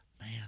man